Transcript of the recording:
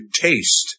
taste